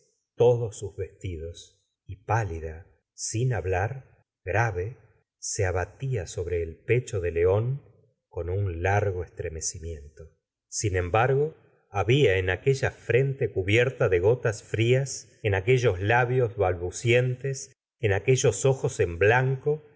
todos sus vestidos y pálida sin hablar grave se abatía sobre el pecho de león con un largo estremecimiento sin embargo había en aqueha frente cubierta de gotas frias en aquellos labios balbucientes en aquellos ojos en blanco